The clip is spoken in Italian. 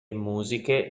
musiche